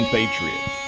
Patriots